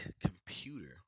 computer